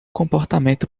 comportamento